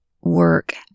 work